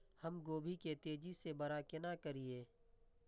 हम गोभी के तेजी से बड़ा केना करिए?